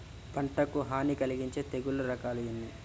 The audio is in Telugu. పంటకు హాని కలిగించే తెగుళ్ల రకాలు ఎన్ని?